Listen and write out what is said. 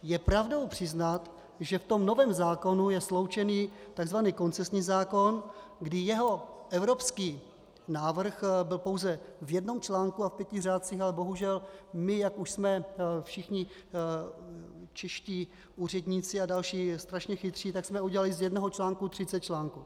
Je pravdou přiznat, že v novém zákonu je sloučený tzv. koncesní zákon, kdy jeho evropský návrh byl pouze v jednom článku a pěti řádcích, ale bohužel my, jak už jsme všichni čeští úředníci a další strašně chytří, tak jsme udělali z jednoho článku 30 článků.